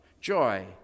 joy